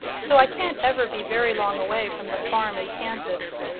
so i can't ever be very long away from the farm in kansas.